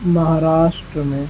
مہاراشٹر میں